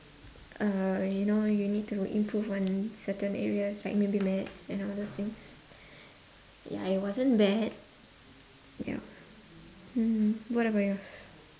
uh you know you need to improve on certain areas like maybe maths and all those things ya it wasn't bad ya hmm what about yours